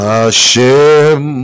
Hashem